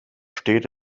steht